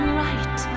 right